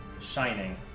shining